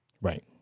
Right